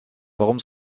warum